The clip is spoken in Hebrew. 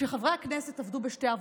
כשחברי הכנסת עבדו בשתי עבודות.